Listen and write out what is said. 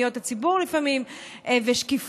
פניות הציבור לפעמים ושקיפות: